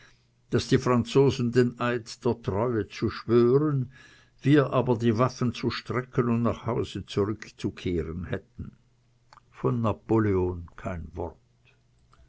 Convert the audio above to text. daß die franzosen den eid der treue zu schwören wir aber die waffen zu strecken und nach hause zurückzukehren hätten von napoleon kein wort